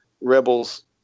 Rebels